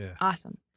Awesome